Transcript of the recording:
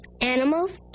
animals